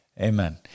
Amen